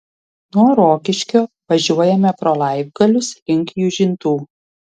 nuo rokiškio važiuojame pro laibgalius link jūžintų